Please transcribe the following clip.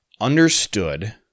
understood